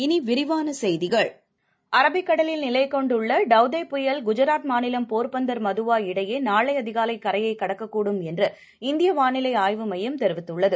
இனிவிரிவானசெய்திகள் கடலில் நிலைகொண்டுள்ளடவ் தே புயல் குஜராத் மாநிலம் போர்பந்தர் அரபிக் மதுவா இடையேநாளைஅதிகாலைகரையைக் கடக்கக்கூடும் என்று இந்தியவானிலைஆய்வு மையம் தெரிவித்துள்ளது